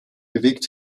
bewegt